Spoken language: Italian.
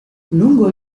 lungo